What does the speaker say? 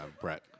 Brett